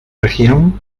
región